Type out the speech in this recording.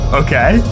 okay